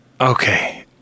okay